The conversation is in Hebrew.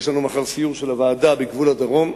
יש לנו מחר סיור של הוועדה בגבול הדרום.